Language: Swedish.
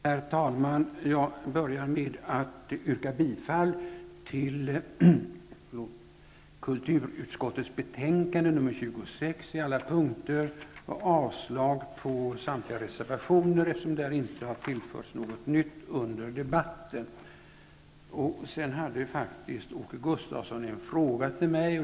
Herr talman! Jag börjar med att yrka bifall till kulturutskottets betänkande 26 på alla punkter och avslag på samtliga reservationer, eftersom det inte tillförts något nytt under debatten. Sedan ställde faktiskt Åke Gustavsson en fråga till mig.